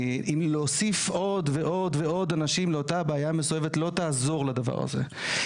אם להוסיף עוד ועוד ועוד אנשים לאותה הבעיה המסועפת לא תעזור לדבר הזה.